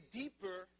deeper